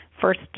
first